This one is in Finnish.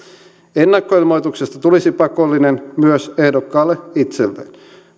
ennakkoilmoituksesta tulisi pakollinen myös ehdokkaalle itselleen